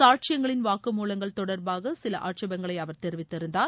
சாட்சியங்களின் வாக்குமூலங்கள் தொடர்பாக சில ஆட்சேபங்களை அவர் தெரிவித்திருந்தார்